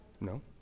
No